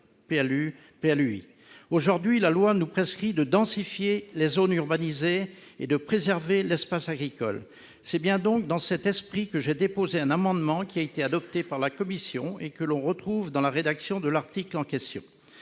PLU, PLUI. Aujourd'hui, la loi nous prescrit de densifier les zones urbanisées et de préserver l'espace agricole. C'est bien dans cet esprit que j'ai déposé un amendement qui a été adopté par la commission et donc pris en compte dans l'article concerné.